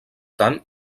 tant